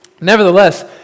Nevertheless